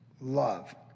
love